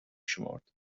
شمرد